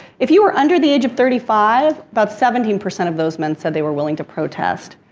if you are under the age of thirty five, about seventeen percent of those men said they were willing to protest.